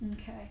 okay